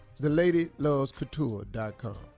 theladylovescouture.com